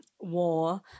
war